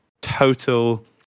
total